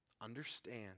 Understand